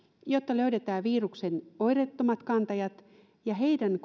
jotta löydetään viruksen oireettomat kantajat ja heidän